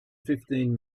fifteen